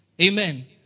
Amen